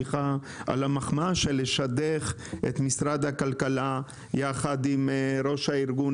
של לשדך את משרד הכלכלה יחד עם ראש הארגון,